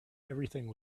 everything